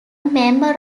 member